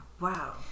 Wow